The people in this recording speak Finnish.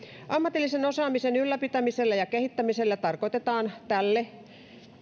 ammatillisen osaamisen ylläpitämisellä ja kehittämisellä tarkoitetaan tälle